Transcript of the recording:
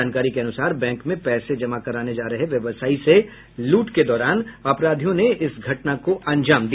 जानकारी के अनुसार बैंक में पैसे जमा कराने जा रहे व्यवसायी से लूट के दौरान अपराधियों ने इस घटना को अंजाम दिया